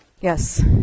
Yes